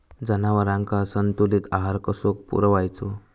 जनावरांका संतुलित आहार कसो पुरवायचो?